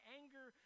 anger